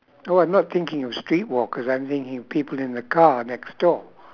oh I'm not thinking of street walkers I'm thinking people in the car next door